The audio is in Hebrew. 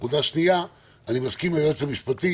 נקודה שנייה, אני מסכים עם היועץ המשפטי,